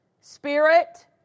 spirit